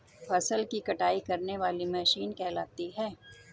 फसल की कटाई करने वाली मशीन कहलाती है?